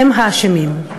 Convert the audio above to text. הם האשמים.